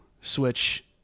Switch